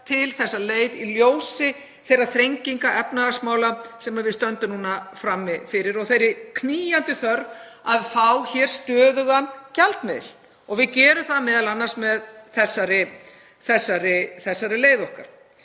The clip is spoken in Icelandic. til þessa leið í ljósi þeirra þrenginga efnahagsmála sem við stöndum núna frammi fyrir og þeirri knýjandi þörf að fá hér stöðugan gjaldmiðil. Við gerum það m.a. með þessari leið okkar.